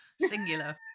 Singular